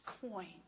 coin